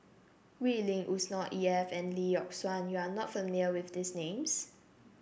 Wee Lin Yusnor Ef and Lee Yock Suan you are not familiar with these names